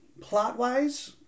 Plot-wise